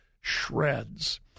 shreds